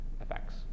effects